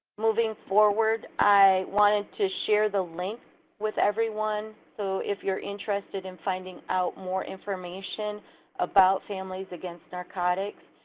moving forward, i wanted to share the link with everyone. so if you're interested in finding out more information about families against narcotics,